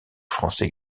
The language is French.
français